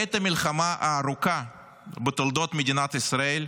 בעת המלחמה הארוכה בתולדות מדינת ישראל,